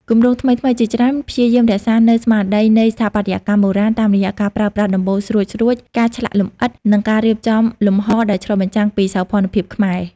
គម្រោងថ្មីៗជាច្រើនព្យាយាមរក្សានូវស្មារតីនៃស្ថាបត្យកម្មបុរាណ តាមរយៈការប្រើប្រាស់ដំបូលស្រួចៗ ការឆ្លាក់លម្អិត និងការរៀបចំលំហដែលឆ្លុះបញ្ចាំងពីសោភ័ណភាពខ្មែរ។